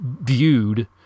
viewed